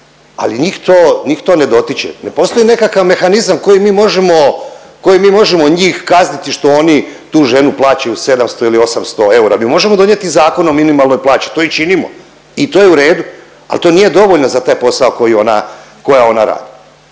to, njih to ne dotiče. Ne postoji nekakav mehanizam koji mi možemo, koji mi možemo njih kazniti što oni tu ženu plaćaju 700 ili 800 eura. Mi možemo donijeti Zakon o minimalnoj plaći, to i činimo i to je u redu ali to nije dovoljno za taj posao koji ona, koja